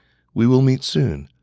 we will meet soon.